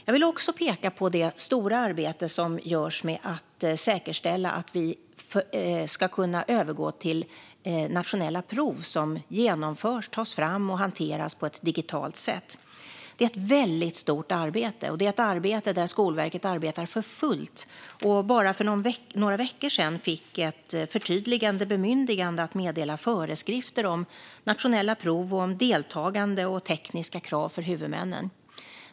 Jag vill också peka på det stora arbete som görs med att säkerställa att vi ska kunna övergå till nationella prov som genomförs, tas fram och hanteras på ett digitalt sätt. Detta är ett väldigt stort arbete, och Skolverket arbetar för fullt. Bara för några veckor sedan fick man ett förtydligande bemyndigande att meddela föreskrifter om nationella prov, deltagande och tekniska krav för huvudmännen.